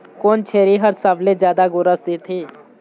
कोन छेरी हर सबले जादा गोरस देथे?